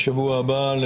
בשבוע הבא?